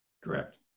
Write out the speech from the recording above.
Correct